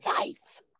life